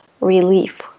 Relief